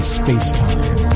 space-time